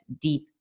deep